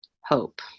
hope